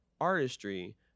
artistry